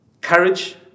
Courage